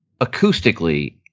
acoustically –